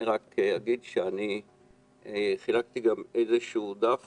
אני רק אגיד שאני חילקתי איזשהו דף